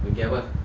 okay apa